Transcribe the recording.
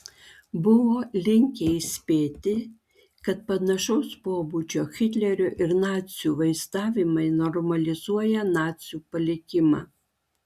buvo linkęs įspėti kad panašaus pobūdžio hitlerio ir nacių vaizdavimai normalizuoja nacių palikimą